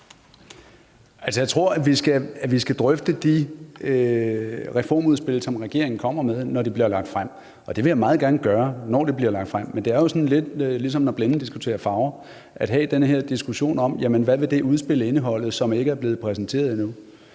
Altså, jeg tror, at vi skal drøfte de reformudspil, som regeringen kommer med, når de bliver lagt frem, og det vil jeg meget gerne gøre, når de bliver lagt frem. Men det er jo lidt, som når blinde diskuterer farver, at diskutere, hvad det udspil vil indeholde, når det ikke er blevet præsenteret endnu.